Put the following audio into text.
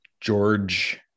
George